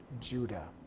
Judah